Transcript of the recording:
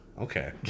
Okay